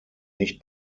nicht